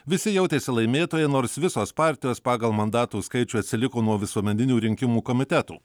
visi jautėsi laimėtoją nors visos partijos pagal mandatų skaičių atsiliko nuo visuomeninių rinkimų komitetų